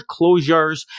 closures